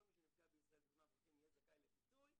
כל מי שנפגע בישראל בתאונת דרכים יהיה זכאי לפיצוי,